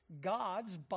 God's